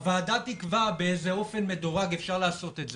הוועדה תקבע באיזה אופן מדורג אפשר לעשות את זה.